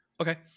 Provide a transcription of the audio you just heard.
Okay